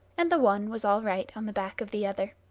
and the one was all right on the back of the other.